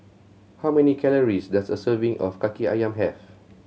how many calories does a serving of Kaki Ayam have